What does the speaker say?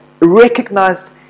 recognized